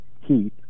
heat